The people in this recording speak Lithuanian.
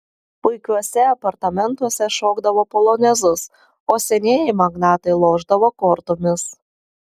puikiuose apartamentuose šokdavo polonezus o senieji magnatai lošdavo kortomis